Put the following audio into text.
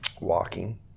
walking